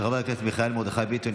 של חבר הכנסת מיכאל מרדכי ביטון,